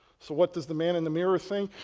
so what does the man in the mirror think?